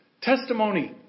testimony